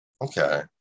Okay